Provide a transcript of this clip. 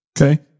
Okay